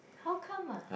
how come ah